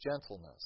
gentleness